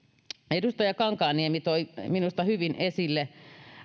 edustaja kankaanniemi toi minusta hyvin esille